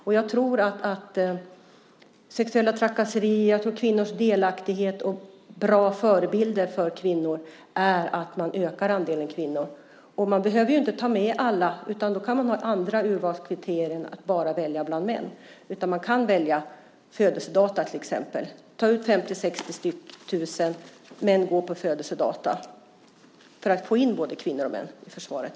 När det gäller sexuella trakasserier, kvinnors delaktighet och bra förebilder för kvinnor så tror jag att det är bra att man ökar andelen kvinnor i detta sammanhang. Man behöver inte ta med alla, utan man kan ha andra urvalskriterier än att bara välja bland män. Man kan till exempel ta ut 50 000-60 000 men välja med hjälp av födelsedatum för att få in både kvinnor och män i försvaret.